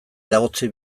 eragotzi